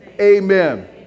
amen